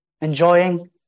enjoying